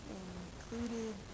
included